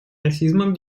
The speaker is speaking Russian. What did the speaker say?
расизмом